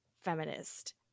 feminist